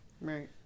Right